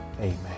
Amen